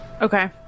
Okay